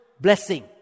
blessing